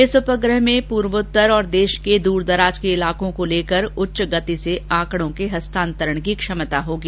इस उपग्रह में पूर्वोत्तर और देश के दूरदराज इलाकों को लेकर उच्च गति से आंकड़ों के हस्तांतरण की क्षमता होगी